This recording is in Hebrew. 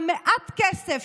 מעט הכסף,